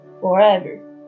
forever